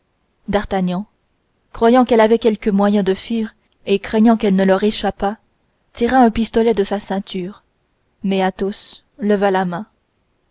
d'artagnan croyant qu'elle avait quelque moyen de fuir et craignant qu'elle ne leur échappât tira un pistolet de sa ceinture mais athos leva la main